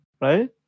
right